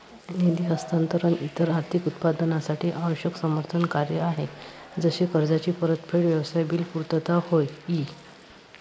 निधी हस्तांतरण इतर आर्थिक उत्पादनांसाठी आवश्यक समर्थन कार्य आहे जसे कर्जाची परतफेड, व्यवसाय बिल पुर्तता होय ई